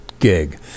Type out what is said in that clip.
gig